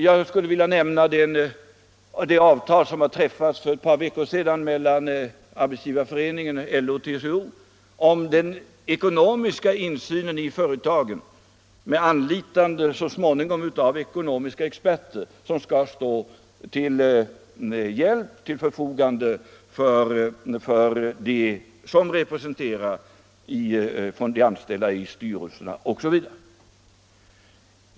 Jag skulle också vilja nämna det avtal som träffats för ett par veckor sedan mellan Arbetsgivareföreningen och LO-TCO om den ekonomiska insynen i företagen, med anlitande så småningom av ekonomiska experter, som skall stå till förfogande för de anställdas representanter i styrelser osv.